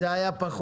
זה היה פחות